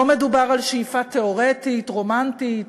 לא מדובר על שאיפה תיאורטית, רומנטית,